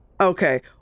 Okay